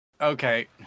okay